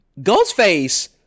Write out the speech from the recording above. Ghostface